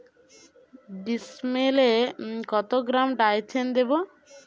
ডিস্মেলে কত gram Dithane দেবো?